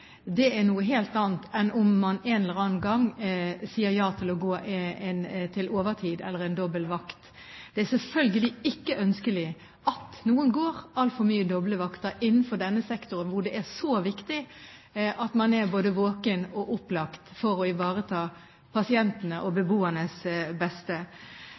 Det er noe helt annet enn om man en eller annen gang sier ja til overtid eller å gå en dobbel vakt. Det er selvfølgelig ikke ønskelig at noen går altfor mye doble vakter innenfor denne sektoren, hvor det er så viktig at man er både våken og opplagt, for å ivareta pasientenes og beboernes beste.